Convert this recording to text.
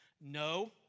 No